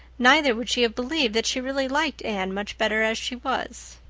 neither would she have believed that she really liked anne much better as she was.